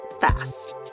fast